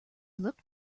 look